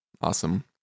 awesome